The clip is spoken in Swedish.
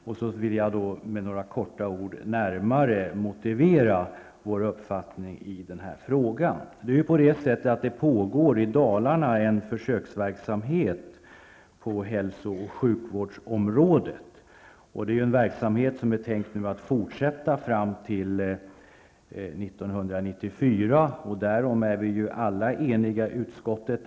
Sedan vill jag med några korta ord närmare motivera vår uppfattning i den här frågan. I Dalarna pågår en försöksverksamhet på hälsooch sjukvårdsområdet. Det är en verksamhet som är tänkt att fortsätta fram till år 1994. Därom är vi eniga i utskottet.